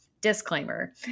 disclaimer